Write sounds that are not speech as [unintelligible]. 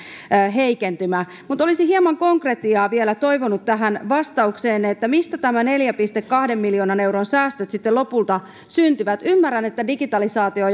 heikentymään mutta olisin hieman konkretiaa vielä toivonut tähän vastaukseenne mistä nämä neljän pilkku kahden miljoonan euron säästöt sitten lopulta syntyvät ymmärrän että digitalisaatio [unintelligible]